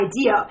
idea